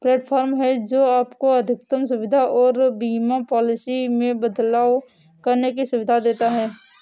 platform है, जो आपको अधिकतम सुविधा और बीमा पॉलिसी में बदलाव करने की सुविधा देता है